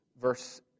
Verse